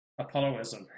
Apolloism